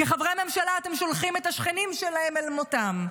כחברי ממשלה, אתם שולחים את השכנים שלהם אל מותם,